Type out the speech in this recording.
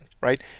Right